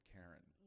Karen